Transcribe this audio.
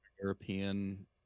european